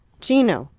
gino!